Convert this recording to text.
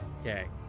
Okay